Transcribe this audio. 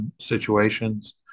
situations